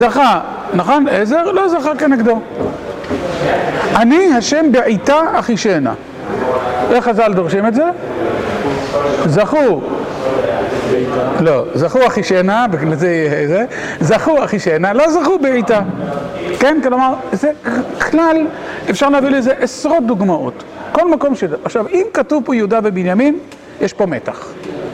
נכון, עזר, לא זכר כנגדו, אני השם בעיתה אחי שעינה, איך הזלדור שים את זה? זכו, לא, זכו אחי שעינה, בגלל זה זה, זכו אחי שעינה, לא זכו בעיתה, כן, כלומר, זה כלל, אפשר להביא לזה עשרות דוגמאות, כל מקום, עכשיו אם כתוב פה יהודה ובנימין, יש פה מתח.